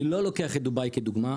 אני לא לוקח את דובאי כדוגמה,